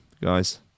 guys